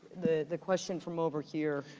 the question from over here